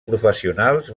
professionals